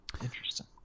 Interesting